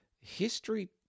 history